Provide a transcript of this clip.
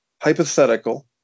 hypothetical